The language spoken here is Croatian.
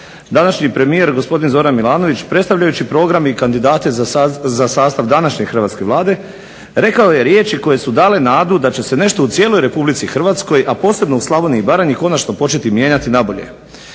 današnji premijer gospodin Zoran Milanović predstavljajući program i kandidate za sastav današnje hrvatske Vlade rekao je riječi koje su dale nadu da će se nešto u cijeloj RH, a posebno u Slavoniji i Baranji konačno početi mijenjati na bolje.